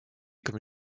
comme